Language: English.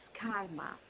karma